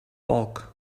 bulk